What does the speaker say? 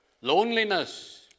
loneliness